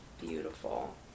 beautiful